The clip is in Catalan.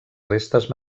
restes